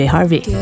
Harvey